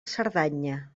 cerdanya